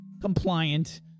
compliant